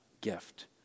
gift